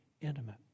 intimate